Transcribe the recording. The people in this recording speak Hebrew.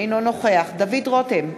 אינו נוכח דוד רותם,